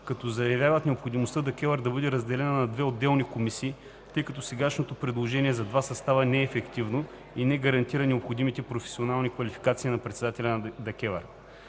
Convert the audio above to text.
като заявяват необходимостта ДКЕВР да бъде разделена на две отделни комисии, тъй като сегашното предложение за два състава не е ефективно и не гарантира необходимата професионална квалификация на председателя на ДКЕВР.